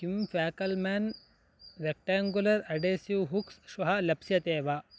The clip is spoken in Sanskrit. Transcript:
किं फ़ेकल्मेन् रेक्टाङ्गुलर् अडेसिव् हुक्स् श्वः लप्स्यते वा